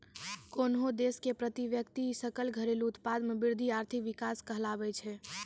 कोन्हो देश के प्रति व्यक्ति सकल घरेलू उत्पाद मे वृद्धि आर्थिक विकास कहलाबै छै